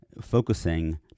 focusing